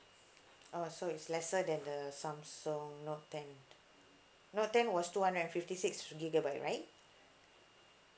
oh so it's lesser than the Samsung note ten note ten was two hundred and fifty six gigabyte right